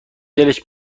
دلش